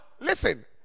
Listen